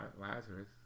Lazarus